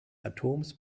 atoms